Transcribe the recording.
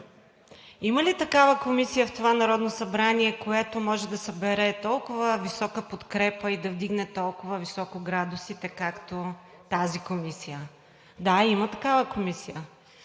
Има ли такава комисия в това Народно събрание, което може да събере толкова висока подкрепа и да вдигне толкова високо градусите, както тази комисия? Да, има такава комисия